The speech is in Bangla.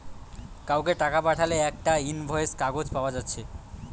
কাউকে টাকা পাঠালে একটা ইনভয়েস কাগজ পায়া যাচ্ছে